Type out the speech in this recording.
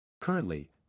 Currently